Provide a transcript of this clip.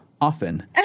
often